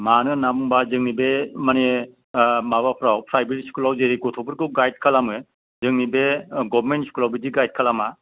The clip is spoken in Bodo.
मानो होन्नानै बुङोबा जोंनि बे मानि माबाफ्राव प्राइभेट स्कुलाव जेरै गथ'फोरखौ गाइड खालामो जोंनि बे गभमेन्ट स्कुलाव बिदि गाइड खालामा